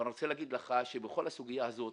אני רוצה להגיד לך שבכל הסוגיה הזאת,